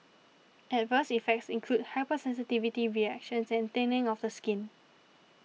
adverse effects include hypersensitivity reactions and thinning of the skin